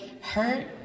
hurt